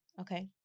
Okay